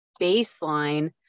baseline